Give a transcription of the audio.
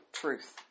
truth